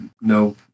no